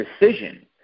decision